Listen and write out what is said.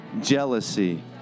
jealousy